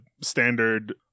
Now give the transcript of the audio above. standard